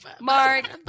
Mark